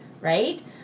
right